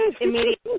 immediately